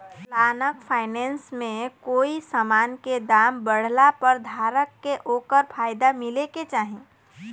long finance में कोई समान के दाम बढ़ला पर धारक के ओकर फायदा मिले के चाही